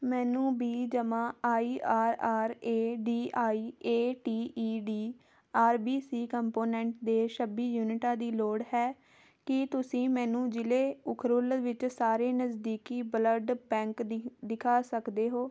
ਮੈਨੂੰ ਬੀ ਜਮ੍ਹਾਂ I R R A D I A T E D R B C component ਦੇ ਛੱਬੀ ਯੂਨਿਟਾਂ ਦੀ ਲੋੜ ਹੈ ਕੀ ਤੁਸੀਂ ਮੈਨੂੰ ਜ਼ਿਲ੍ਹੇ ਉਖਰੁਲ ਵਿੱਚ ਸਾਰੇ ਨਜ਼ਦੀਕੀ ਬਲੱਡ ਬੈਂਕ ਦਿ ਦਿਖਾ ਸਕਦੇ ਹੋ